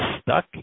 Stuck